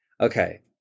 Okay